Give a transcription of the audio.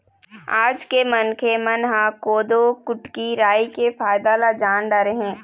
आज के मनखे मन ह कोदो, कुटकी, राई के फायदा ल जान डारे हे